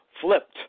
Flipped